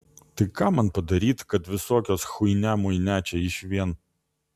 tai ką man padaryt kad visokios chuinia muinia čia išvien